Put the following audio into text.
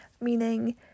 meaning